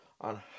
on